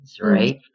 Right